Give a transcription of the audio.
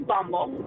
Bumble